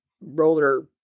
roller